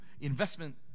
investment